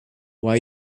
why